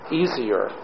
easier